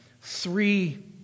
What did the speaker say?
three